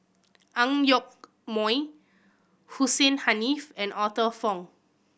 Ang Yoke Mooi Hussein Haniff and Arthur Fong